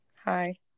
Hi